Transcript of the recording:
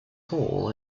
hall